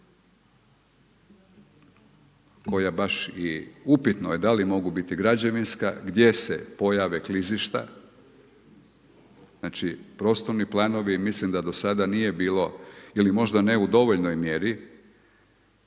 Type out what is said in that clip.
koja baš i upitno je da li mogu biti građevinska gdje se pojave klizišta, znači prostorni planovi, mislim da do sada nije bilo ili možda ne u dovoljnoj mjeri